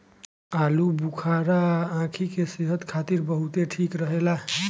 आलूबुखारा आंखी के सेहत खातिर बहुते ठीक रहेला